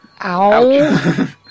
Ow